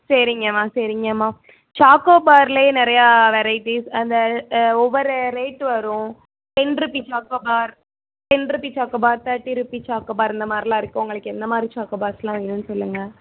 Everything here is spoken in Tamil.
சரிங்கம்மா சரிங்கம்மா சாக்கோ பார்ல நிறையா வெரைட்டிஸ் அந்த ஒவ்வொரு ரேட்டு வரும் ten rupee choco bar ten rupee choco bar thirty rupee choco bar இந்த மாரிலாம் இருக்கு உங்களுக்கு எந்தமாதிரி சாக்கோ பார்ஸ் எல்லாம் வேணுன்னு சொல்லுங்கள்